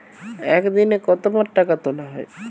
একদিনে কতবার টাকা তোলা য়ায়?